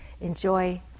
enjoy